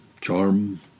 charm